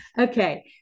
Okay